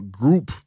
group